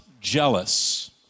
jealous